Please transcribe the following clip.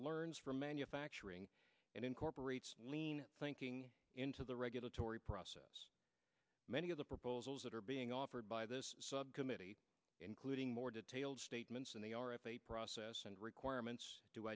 learns from manufacturing and incorporate lean thinking into the regulatory process many of the proposals that are being offered by this subcommittee including more detailed statements in the r f a process and requirements